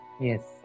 Yes